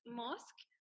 mosque